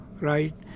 right